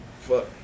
fuck